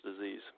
disease